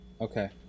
Okay